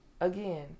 again